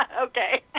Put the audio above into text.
Okay